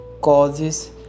causes